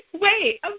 Wait